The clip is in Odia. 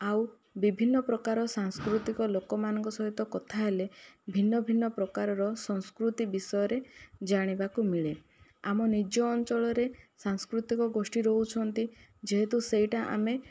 ଆଉ ବିଭିନ୍ନ ପ୍ରକାର ସାଂସ୍କୃତିକ ଲୋକମାନଙ୍କ ସହିତ କଥା ହେଲେ ଭିନ୍ନ ଭିନ୍ନ ପ୍ରକାରର ସଂସ୍କୃତି ବିଷୟରେ ଜାଣିବାକୁ ମିଳେ ଆମ ନିଜ ଅଞ୍ଚଳରେ ସାଂସ୍କୃତିକ ଗୋଷ୍ଠୀ ରହୁଛନ୍ତି ଯେହେତୁ ସେହିଟା ଆମେ